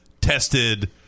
tested